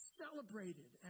celebrated